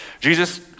Jesus